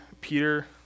Peter